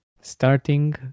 starting